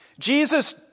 Jesus